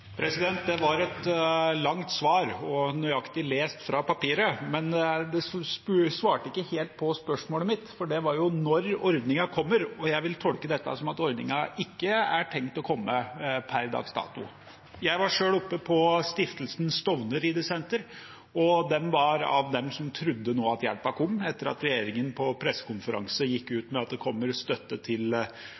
Det var et langt svar og nøyaktig lest fra papiret, men det svarte ikke helt på spørsmålet mitt, for det var om når ordningen kommer. Jeg vil tolke dette som at ordningen ikke er tenkt å komme per dags dato. Jeg var selv oppe på Stiftelsen Stovner ridesenter, og de var av dem som nå trodde at hjelpen kom, etter at regjeringen på pressekonferanse gikk ut med at det kommer støtte til